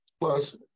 plus